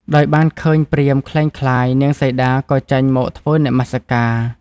ដោយបានឃើញព្រាហ្មណ៍ក្លែងក្លាយ នាងសីតាក៏ចេញមកធ្វើនមស្ការ។